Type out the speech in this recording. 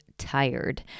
tired